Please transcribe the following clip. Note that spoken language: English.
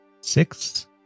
Six